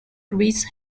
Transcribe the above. greece